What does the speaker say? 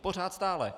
Pořád, stále.